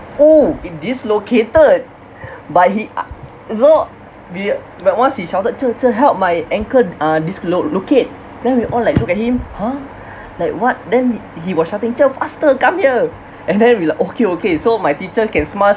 oh it dislocated but he uh so we but once he shouted ~ cher ~ cher help my ankle uh dislo~ locate then we all like look at him !huh! like what then he was shouting ~ cher faster come here and then we like okay okay so my teacher can smile